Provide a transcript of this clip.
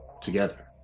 together